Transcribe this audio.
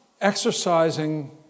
exercising